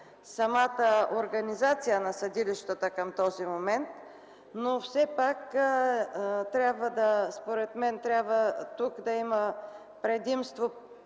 самата организация на съдилищата към този момент, е тук, според мен, да има предимство